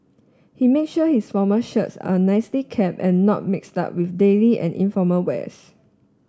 he made sure his formal shirts are nicely kept and not mixed up with daily and informal wears